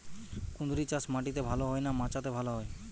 কুঁদরি চাষ মাটিতে ভালো হয় না মাচাতে ভালো হয়?